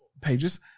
pages